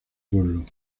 pueblo